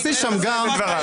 השופט קרא חושב שהוא יכול לבטל,